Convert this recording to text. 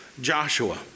Joshua